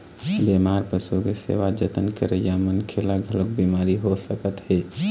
बेमार पशु के सेवा जतन करइया मनखे ल घलोक बिमारी हो सकत हे